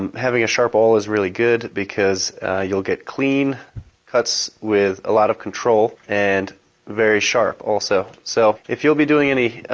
um having a sharp awl is really good because you'll get clean cuts with a lot of control and very sharp also. so, if you'll be doing any